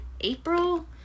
April